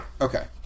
Okay